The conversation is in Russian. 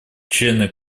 члены